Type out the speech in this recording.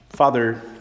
Father